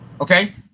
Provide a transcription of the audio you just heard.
Okay